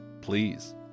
please